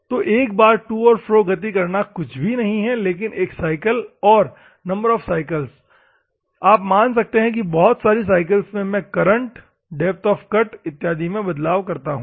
तो एक बार टू और फ्रो गति करना कुछ नहीं है लेकिन एक साइकिल और फिर नंबर ऑफ साइकल्स आप मान सकते हैं कि बहुत सारी साइकल्स में मैं करंट डेप्थ ऑफ़ कट इत्यादि में बदलाव करता हूं